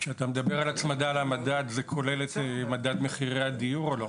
כשאתה מדבר על הצמדה למדד זה כולל את מדד מחירי הדיור או לא?